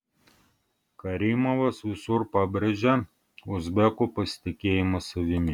karimovas visur pabrėžia uzbekų pasitikėjimą savimi